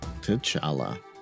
t'challa